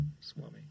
swami